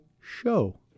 show